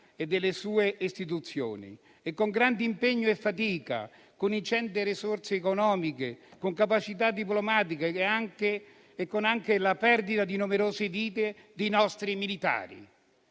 e delle sue istituzioni, che con grande impegno e fatica, con ingenti risorse economiche, con capacità diplomatiche e anche con la perdita di numerose vite di nostri militari,